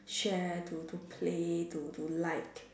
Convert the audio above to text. share to to play to to like